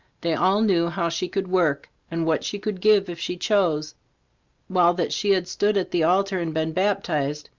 they all knew how she could work, and what she could give if she chose while that she had stood at the altar and been baptized,